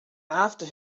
after